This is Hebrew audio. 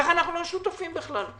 ככה אנחנו לא שותפים בכלל.